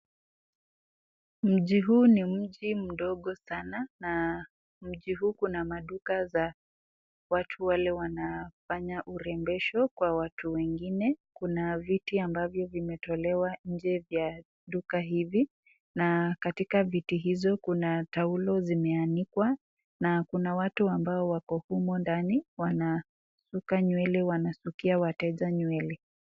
Mji huu ni mji mdogo sana na mji huu kuna maduka za watu wale wanafanya urembesho kwa watu wengine. Kuna viti ambavyo vimetolewa nje vya duka hivi na katika viti hizo kuna taulo zimeanikwa na kuna watu ambao wako humo ndani wanasuka nywele, wanasukia wateja nywele.